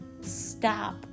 stop